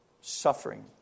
suffering